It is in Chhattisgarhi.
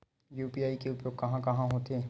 यू.पी.आई के उपयोग कहां कहा होथे?